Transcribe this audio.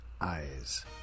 eyes